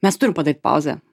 mes turim padaryt pauzę